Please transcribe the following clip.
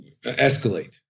escalate